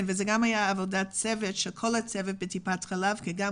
זו גם הייתה עבודה של כל הצוות בטיפת החלב כי גם